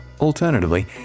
Alternatively